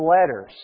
letters